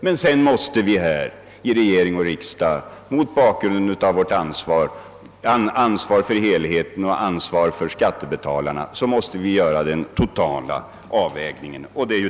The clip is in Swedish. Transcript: Därför måste vi inom regering och riksdag mot bakgrunden av vårt ansvar för helheten och vårt ansvar inför skattebetalarna göra den totala avvägningen.